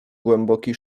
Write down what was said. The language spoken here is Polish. głęboki